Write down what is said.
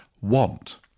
want